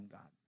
God